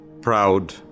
proud